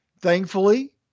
thankfully